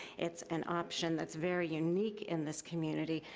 it's an option that's very unique in this community,